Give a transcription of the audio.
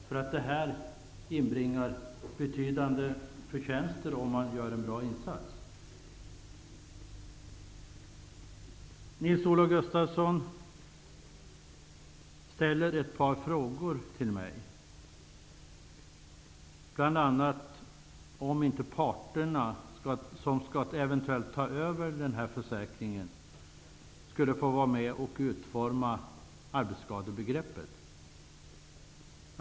Den verksamheten inbringar betydande förtjänser om man gör en bra insats. Nils-Olof Gustafsson ställer ett par frågor till mig, bl.a. om inte parterna som eventuellt skulle ta över den här försäkringen skall få vara med om att utforma arbetsskadebegreppet.